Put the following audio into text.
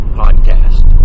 podcast